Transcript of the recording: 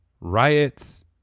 riots